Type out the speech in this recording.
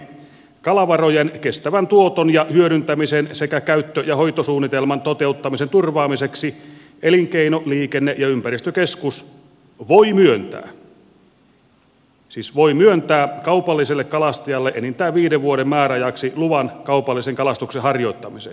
kalavarojen kestävän tuoton ja hyödyntämisen sekä käyttö ja hoitosuunnitelman toteuttamisen turvaamiseksi elinkeino liikenne ja ympäristökeskus voi myöntää siis voi myöntää kaupalliselle kalastajalle enintään viiden vuoden määräajaksi luvan kaupallisen kalastuksen harjoittamiseen